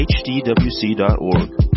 hdwc.org